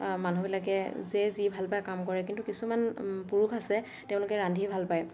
মানুহবিলাকে যেয়ে যি ভাল পায় কাম কৰে কিন্তু কিছুমান পুৰুষ আছে তেওঁলোকে ৰান্ধি ভাল পায়